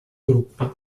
gruppi